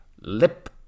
Lip